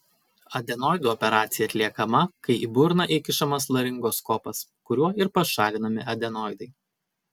adenoidų operacija atliekama kai į burną įkišamas laringoskopas kuriuo ir pašalinami adenoidai